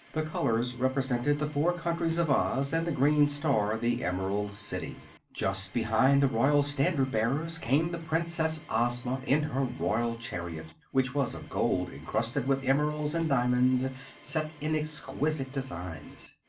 the colors represented the four countries of oz, and the green star the emerald city. just behind the royal standard-bearers came the princess ozma in her royal chariot, which was of gold encrusted with emeralds and diamonds set in exquisite designs.